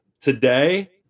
today